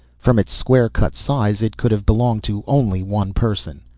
from its square-cut size it could have belonged to only one person.